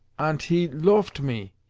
ant he loaft me.